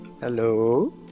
Hello